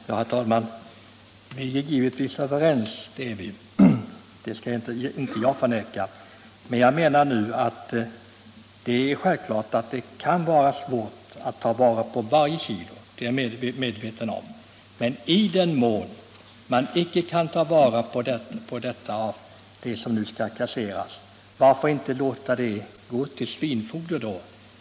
Herr talman! Vi är givetvis överens — det skall jag inte förneka. Jag är medveten om att det självfallet kan vara svårt att ta vara på varje LJ kilo. Men i den mån man icke kan ta vara på det som inte konsumeras, varför inte låta det gå till svinfoder?